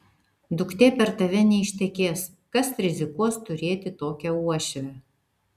duktė per tave neištekės kas rizikuos turėti tokią uošvę